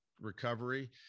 recovery